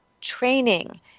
training